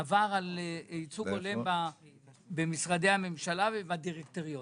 על ייצוג הולם במשרדי הממשלה ובדירקטוריונים.